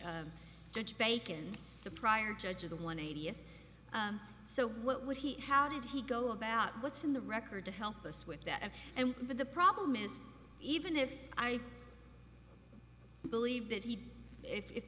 judge bacon the prior judge of the one a t f so what would he how did he go about what's in the record to help us with that and the problem is even if i believe that he if